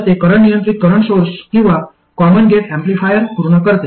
तर ते करंट नियंत्रित करंट सोर्स किंवा कॉमन गेट एम्पलीफायर पूर्ण करते